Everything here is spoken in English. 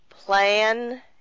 plan